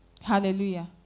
Hallelujah